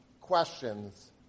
questions